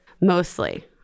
Mostly